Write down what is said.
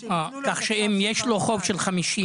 כך שאם יש לו חוב של 50,